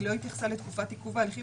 היא לא התייחסה לתקופת עיכוב ההליכים,